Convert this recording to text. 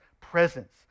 presence